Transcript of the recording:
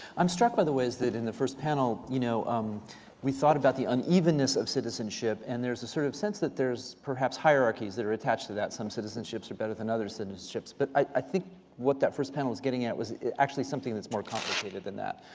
i'm struck by the ways that, in the first panel, you know um we thought about the unevenness of citizenship. and there is a sort of sense that there's perhaps hierarchies that are attached to that some citizenships are better than other citizenships. but i think what that first panel was getting at was actually something that's more complicated than that.